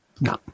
No